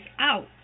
out